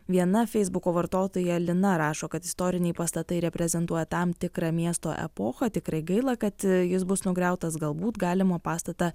viena feisbuko vartotoja lina rašo kad istoriniai pastatai reprezentuoja tam tikrą miesto epochą tikrai gaila kad jis bus nugriautas galbūt galima pastatą